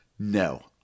No